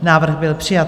Návrh byl přijat.